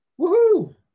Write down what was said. Woohoo